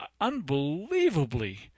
unbelievably